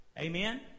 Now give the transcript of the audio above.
Amen